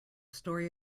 story